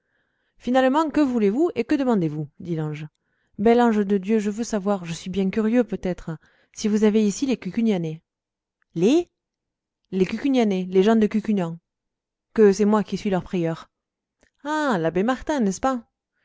finalement que voulez-vous et que demandez-vous dit l'ange bel ange de dieu je veux savoir je suis bien curieux peut-être si vous avez ici les cucugnanais les les cucugnanais les gens de cucugnan que c'est moi qui suis leur prieur ah l'abbé martin n'est-ce pas